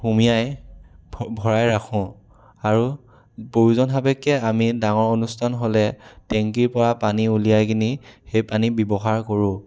সুমিয়াই ভৰাই ৰাখোঁ আৰু প্ৰয়োজন সাপেক্ষে আমি ডাঙৰ অনুষ্ঠান হ'লে টেংকীৰ পৰা পানী উলিয়াই কিনি সেই পানী ব্যৱহাৰ কৰোঁ